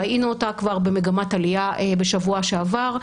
ראינו אותה כבר במגמת עלייה בשבוע שעבר,